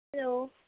hello